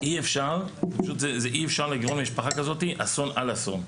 אי אפשר לגרום למשפחה כזאת אסון על אסון,